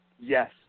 Yes